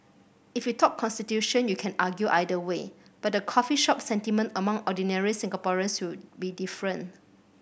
if you talk constitution you can argue either way but the coffee shop sentiment among ordinary Singaporeans will be different